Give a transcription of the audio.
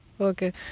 Okay